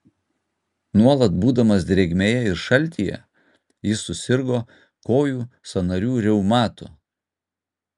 nuolat būdamas drėgmėje ir šaltyje jis susirgo kojų sąnarių reumatu